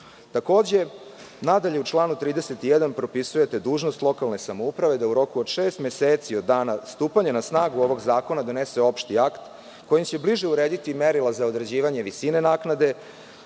u članu 31. propisujete dužnost lokalne samouprave da u roku od šest meseci od dana stupanja na snagu ovog zakona donese opšti akt kojim će bliže urediti merila za određivanje visine naknade,